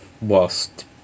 whilst